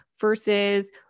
versus